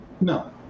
No